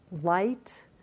light